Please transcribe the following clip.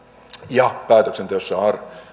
ja päätöksenteossa